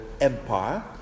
empire